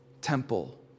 temple